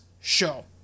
show